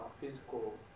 physical